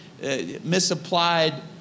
misapplied